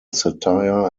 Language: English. satire